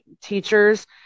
Teachers